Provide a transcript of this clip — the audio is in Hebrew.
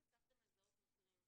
אתם הצלחתם לזהות מקרים,